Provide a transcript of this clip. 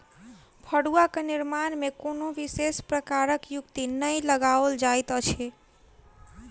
फड़ुआक निर्माण मे कोनो विशेष प्रकारक युक्ति नै लगाओल जाइत अछि